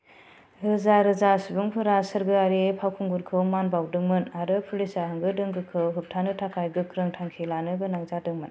रोजा रोजा सुबुंफोरा सोरगोआरि फावखुंगुरखौ मान बाउदोंमोन आरो पुलिसा होंगो दोंगोखौ होबथानो थाखाय गोख्रों थांखि लानो गोनां जादोंमोन